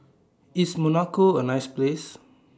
IS Monaco A nice Place